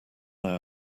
our